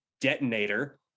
detonator